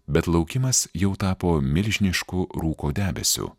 bet laukimas jau tapo milžinišku rūko debesiu